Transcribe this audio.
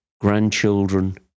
grandchildren